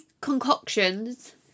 concoctions